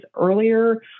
earlier